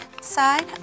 side